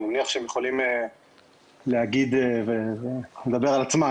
אני מניח שהם יכולים לדבר על עצמם,